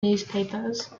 newspapers